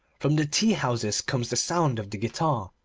from the tea-houses comes the sound of the guitar,